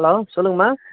hello சொல்லுங்கம்மா